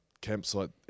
campsite